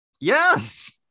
yes